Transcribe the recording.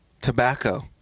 Tobacco